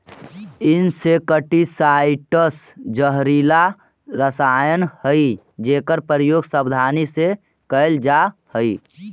insecticides जहरीला रसायन हई जेकर प्रयोग सावधानी से कैल जा हई